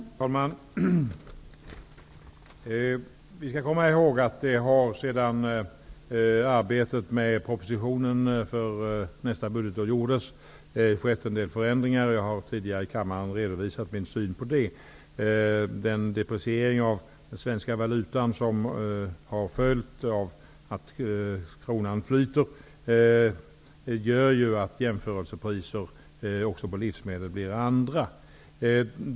Herr talman! Vi skall komma ihåg att det sedan arbetet med propositionen för nästa budgetår skett en del förändringar. Jag har tidigare i kammaren redovisat min syn på det. Den depreciering av den svenska valutan som har följt av att kronan flyter gör att jämförelsepriser också på livsmedel blir andra.